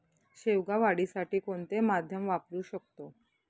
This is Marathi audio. शेवगा वाढीसाठी कोणते माध्यम वापरु शकतो?